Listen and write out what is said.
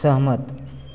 सहमत